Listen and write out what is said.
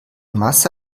masse